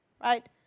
right